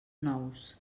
nous